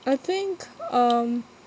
I think um